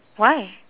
why